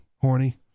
horny